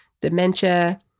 dementia